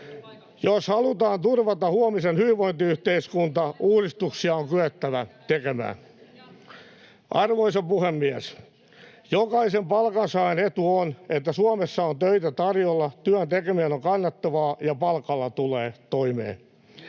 Jos halutaan turvata huomisen hyvinvointiyhteiskunta, uudistuksia on kyettävä tekemään. Arvoisa puhemies! Jokaisen palkansaajan etu on, että Suomessa on töitä tarjolla, työn tekeminen on kannattavaa ja palkalla tulee toimeen.